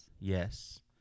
Yes